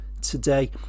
today